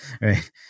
Right